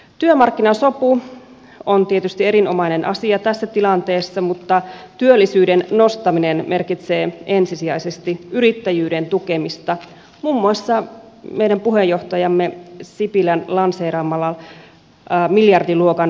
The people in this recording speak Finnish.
työmarkkinasopu on tietysti erinomainen asia tässä tilanteessa mutta työllisyyden nostaminen merkitsee ensisijaisesti yrittäjyyden tukemista muun muassa meidän puheenjohtajamme sipilän lanseeraamalla miljardiluokan kasvurahastolla